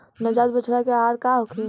नवजात बछड़ा के आहार का होखे?